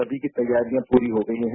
सभी की तैयारियां प्ररी हो गई है